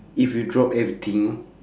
if you drop everything